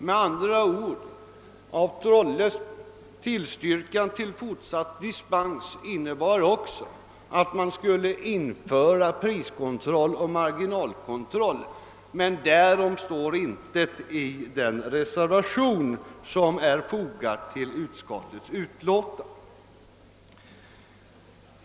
Med andra ord, af Trolles tillstyrkan till fortsatt dispens innebar också att man skulle införa priskontroll och marginalkontroll, men därom står intet i den reservation som är fogad till utskottsutlåtandet.